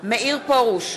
מאיר פרוש,